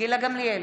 גילה גמליאל,